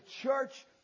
church